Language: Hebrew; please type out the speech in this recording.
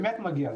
באמת מגיע לכם.